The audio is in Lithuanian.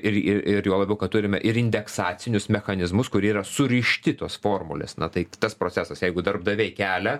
ir ir ir juo labiau kad turime ir indeksacinius mechanizmus kurie yra surišti tos formulės na tai tas procesas jeigu darbdaviai kelia